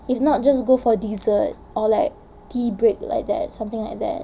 if not just go for dessert or like tea break like that something like that